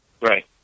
Right